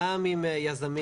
גם עם יזמים,